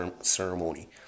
ceremony